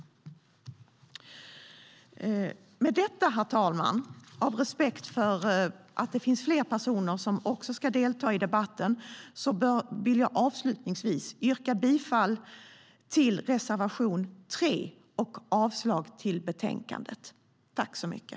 Med detta, herr talman, och av respekt för att det finns fler personer som ska delta i debatten vill jag avsluta. Jag yrkar bifall till reservation 3 och avslag på förslaget i betänkandet.